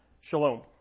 shalom